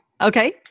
Okay